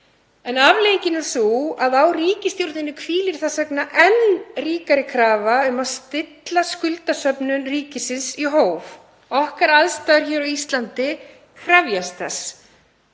Afleiðingin er sú að á ríkisstjórninni hvílir þess vegna enn ríkari krafa um að stilla skuldasöfnun ríkisins í hóf. Okkar aðstæður hér á Íslandi krefjast þess.